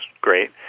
great